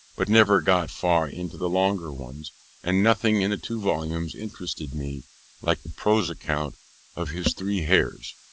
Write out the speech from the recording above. but never got far into the longer ones and nothing in the two volumes interested me like the prose account of his three hares.